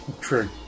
true